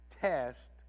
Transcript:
test